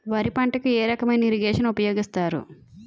వరి పంటకు ఏ రకమైన ఇరగేషన్ ఉపయోగిస్తారు?